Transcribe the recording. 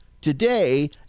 Today